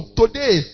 today